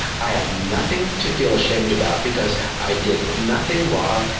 i have nothing to feel ashamed about because i did nothing wrong,